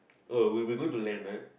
oh we will be going to Leonard